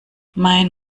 mein